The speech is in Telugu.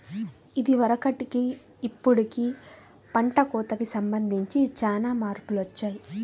ఇదివరకటికి ఇప్పుడుకి పంట కోతకి సంబంధించి చానా మార్పులొచ్చాయ్